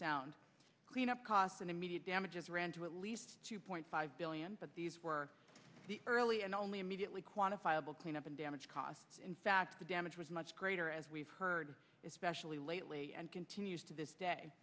sound cleanup costs and immediate damages ran to at least two point five billion but these were the early and only immediately quantifiable cleanup and damage caused in fact the damage was much greater as we've heard especially lately and continues to this day